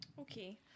Okay